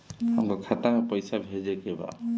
हमका खाता में पइसा भेजे के बा